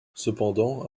cependant